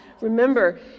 remember